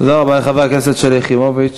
תודה רבה לחברת הכנסת שלי יחימוביץ.